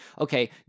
Okay